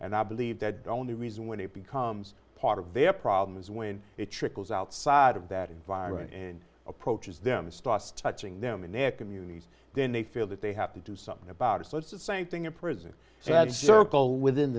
and i believe that the only reason when it becomes part of their problem is when it trickles outside of that environment and approaches them starts touching them in their communities then they feel that they have to do something about it so it's the same thing in prison circle within